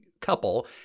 Couple